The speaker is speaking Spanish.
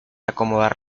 acomodar